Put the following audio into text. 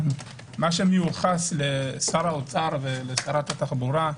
מה שמיוחס לשרי האוצר והתחבורה,